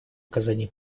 оказании